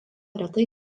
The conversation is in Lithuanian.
retai